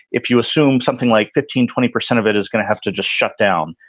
if you assume something like fifteen, twenty percent of it is going to have to just shut down.